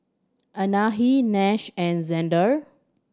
Anahi Nash and Zander